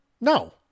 No